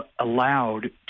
allowed